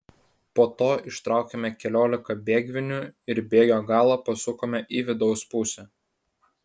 po to ištraukėme keliolika bėgvinių ir bėgio galą pasukome į vidaus pusę